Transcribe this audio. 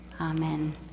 Amen